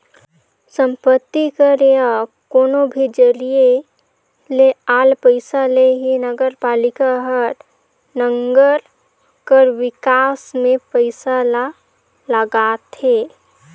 संपत्ति कर या कोनो भी जरिए ले आल पइसा ले ही नगरपालिका हर नंगर कर बिकास में पइसा ल लगाथे